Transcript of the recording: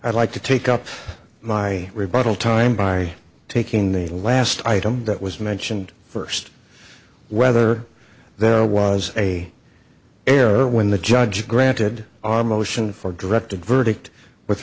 i'd like to take up my rebuttal time by taking the last item that was mentioned first whether there was a error when the judge granted our motion for directed verdict with